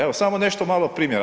Evo, samo nešto malo primjera.